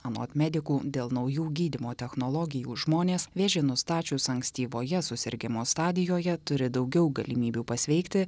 anot medikų dėl naujų gydymo technologijų žmonės vėžį nustačius ankstyvoje susirgimo stadijoje turi daugiau galimybių pasveikti